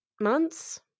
months